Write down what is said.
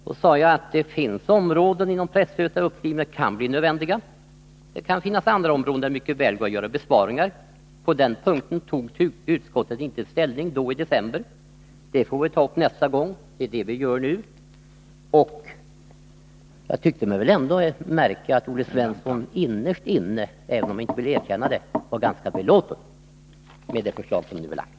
Då sade jag att det finns områden inom presstödet där uppskrivningar kan bli nödvändiga, och att det finns andra områden där man väl borde göra besparingar. På den punkten tog utskottet inte ställning i december. Det skulle man få göra nästa gång, och det gör vi nu. Jag tyckte mig ändå märka att Olle Svensson innerst inne — även om han inte vill erkänna det — var ganska belåten med det förslag som nu är lagt.